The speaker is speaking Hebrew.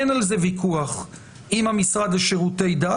ואין על זה ויכוח עם המשרד לשירותי דת,